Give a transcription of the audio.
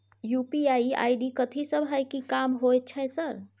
UPI ID कथि सब हय कि काम होय छय सर?